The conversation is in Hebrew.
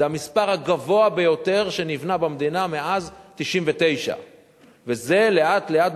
זה המספר הגבוה ביותר שנבנה במדינה מאז 1999. וזה לאט-לאט,